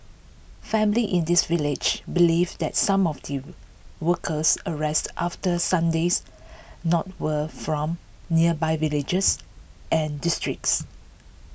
families in this village believe that some of the workers arrested after Sunday's not were from nearby villagers and districts